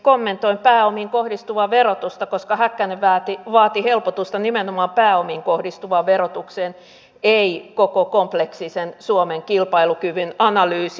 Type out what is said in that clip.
kommentoin pääomiin kohdistuvaa verotusta koska häkkänen vaati helpotusta nimenomaan pääomiin kohdistuvaan verotukseen ei koko kompleksisen suomen kilpailukyvyn analyysia